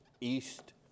east